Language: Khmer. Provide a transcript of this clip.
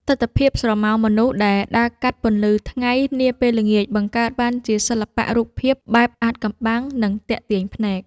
ទិដ្ឋភាពស្រមោលមនុស្សដែលដើរកាត់ពន្លឺថ្ងៃនាពេលល្ងាច បង្កើតបានជាសិល្បៈរូបភាពបែបអាថ៌កំបាំង និងទាក់ទាញភ្នែក។